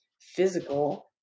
physical